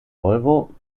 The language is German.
volvo